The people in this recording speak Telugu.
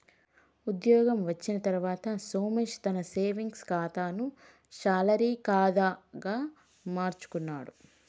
ఉద్యోగం వచ్చిన తర్వాత సోమేశ్ తన సేవింగ్స్ కాతాను శాలరీ కాదా గా మార్చుకున్నాడు